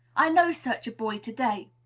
i know such a boy to-day.